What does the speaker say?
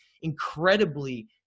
incredibly